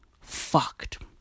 fucked